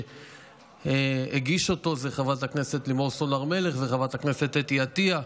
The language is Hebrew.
שמי שהגיש אותו זה חברת הכנסת לימור סון הר מלך וחברת הכנסת אתי עטייה.